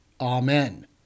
Amen